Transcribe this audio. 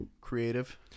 creative